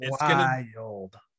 wild